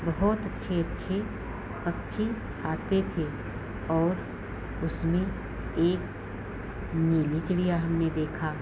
बहुत अच्छे अच्छे पक्षी आते थे और उसमें एक नीली चिड़िया हमने देखा